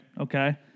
okay